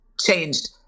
changed